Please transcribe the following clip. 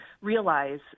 realize